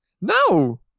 No